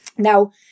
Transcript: Now